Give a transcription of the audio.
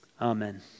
Amen